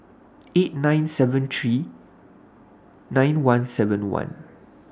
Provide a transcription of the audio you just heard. eight nine seven three nine one seven one